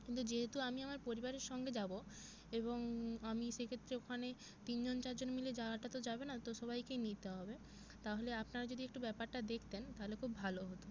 কিন্তু যেহেতু আমি আমার পরিবারের সঙ্গে যাবো এবং আমি সেক্ষেত্রে ওখানে তিনজন চারজন মিলে যাওয়াটা তো যাবে না তো সবাইকেই নিতে হবে তাহলে আপনারা যদি একটু ব্যাপারটা দেখতেন তাহলে খুব ভালো হতো